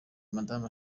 madame